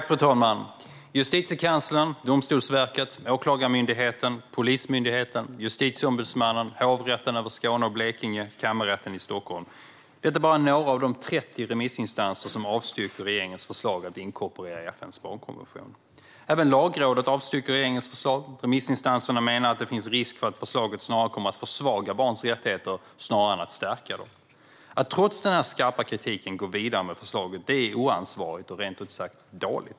Fru talman! Justitiekanslern, Domstolsverket, Åklagarmyndigheten, Polismyndigheten, Justitieombudsmannen, Hovrätten över Skåne och Blekinge samt Kammarrätten i Stockholm är några av de 30 remissinstanser som avstyrker regeringens förslag att inkorporera FN:s barnkonvention. Även Lagrådet avstyrker regeringens förslag. Remissinstanserna menar att det finns risk för att förslaget kommer att försvaga barns rättigheter snarare än att stärka dem. Att trots denna skarpa kritik gå vidare med förslaget är oansvarigt och rent ut sagt dåligt.